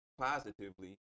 positively